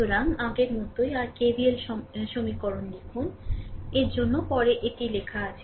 সুতরাং আগের মতই আর KVL সমীকরণ লিখুন এর জন্য পরে এটি লেখা আছে